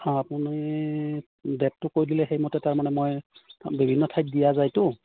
অঁ আপুনি ডেটটো কৈ দিলে সেইমতে তাৰমানে মই বিভিন্ন ঠাইত দিয়া যায়তো